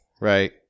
right